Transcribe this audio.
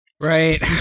Right